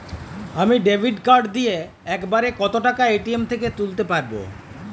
আমি debit card দিয়ে এক বারে কত টাকা এ.টি.এম থেকে তুলতে পারবো?